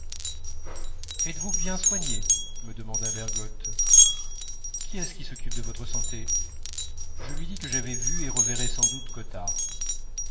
êtes-vous bien soigné me demanda bergotte qui est-ce qui s'occupe de votre santé je lui dis que j'avais vu et reverrais sans doute cottard